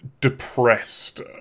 depressed